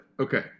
Okay